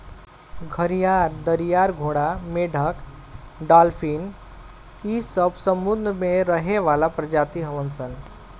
घड़ियाल, दरियाई घोड़ा, मेंढक डालफिन इ सब समुंद्र में रहे वाला प्रजाति हवन सन